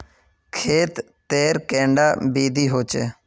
खेत तेर कैडा विधि होचे?